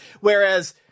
Whereas